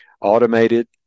Automated